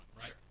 right